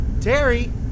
Terry